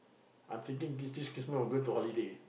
I'm thinking this this Christmas I going to holiday